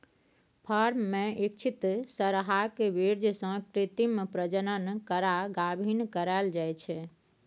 firm मे इच्छित सरहाक बीर्य सँ कृत्रिम प्रजनन करा गाभिन कराएल जाइ छै